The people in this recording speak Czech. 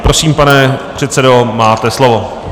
Prosím, pane předsedo, máte slovo.